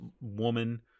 woman